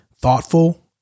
thoughtful